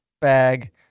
bag